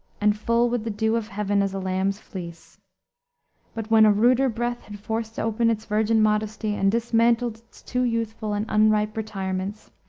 and full with the dew of heaven as a lamb's fleece but when a ruder breath had forced open its virgin modesty, and dismantled its too youthful and unripe retirements,